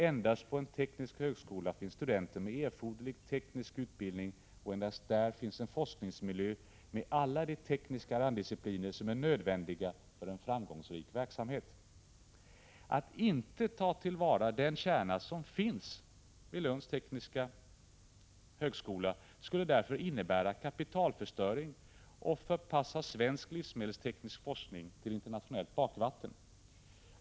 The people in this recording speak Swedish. Endast på en teknisk högskola finns studenter med erforderlig teknisk utbildning och endast där finns en forskningsmiljö, med alla de tekniska randdiscipliner som är nödvändiga för en framgångsrik verksamhet. Att inte ta till vara den kärna som finns vid Lunds naturvetenskapliga och tekniska högskola skulle därför innebära en kapitalförstöring och en förpassning av svensk livsmedelsteknisk forskning till internationellt bakvatten.